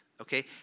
okay